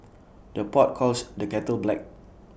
the pot calls the kettle black